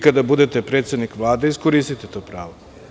Kada vi budete predsednik Vlade, iskoristite to pravo.